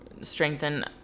strengthen